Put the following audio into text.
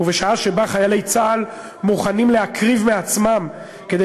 ובשעה שחיילי צה"ל מוכנים להקריב מעצמם כדי